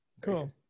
Cool